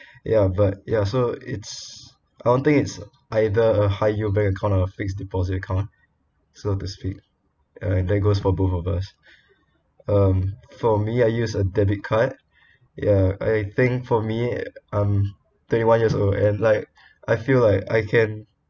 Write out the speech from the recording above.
ya but ya so it's I don't think it's either a high yield bank account or fixed deposit account so to speak and there goes for both of us um for me I use a debit card ya I think for me I'm twenty one years old and like I feel like I can